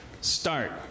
Start